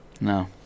No